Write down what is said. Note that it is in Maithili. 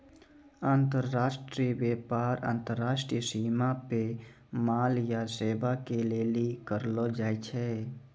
अन्तर्राष्ट्रिय व्यापार अन्तर्राष्ट्रिय सीमा पे माल या सेबा के लेली करलो जाय छै